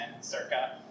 circa